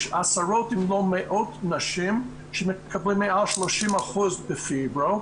יש עשרות אם לא מאות נשים שמקבלות מעל 30% בפיברו,